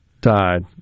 died